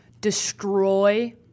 destroy